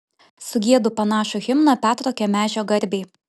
sugiedu panašų himną petro kemežio garbei